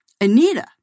Anita